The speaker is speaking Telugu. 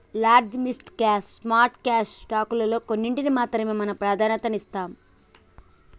large, mid cap, small cap స్టాకుల్లో కొన్నిటికి మాత్రమే మనం ప్రాధన్యతనిత్తాం